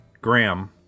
Graham